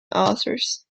authors